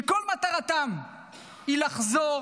שכל מטרתם היא לחזור